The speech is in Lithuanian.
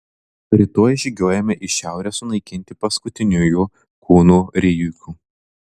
rytoj žygiuojame į šiaurę sunaikinti paskutiniųjų kūnų rijikų